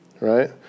right